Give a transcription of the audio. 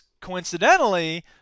coincidentally